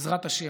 בעזרת השם,